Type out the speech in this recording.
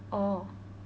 oh